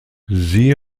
siehe